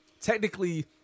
technically